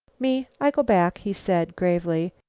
me i go back, he said gravely.